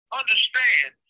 understand